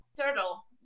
turtle